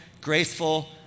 graceful